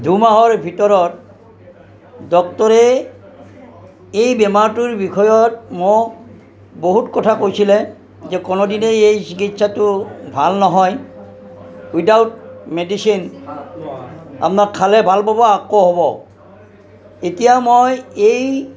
দুমাহৰ ভিতৰত ডক্টৰে এই বেমাৰটোৰ বিষয়ত মোক বহুত কথা কৈছিলে যে কোনো দিনেই এই চিকিৎসাটো ভাল নহয় উইডাউট মেডিচিন আপোনাৰ খালে ভাল পাব আকৌ হ'ব এতিয়া মই এই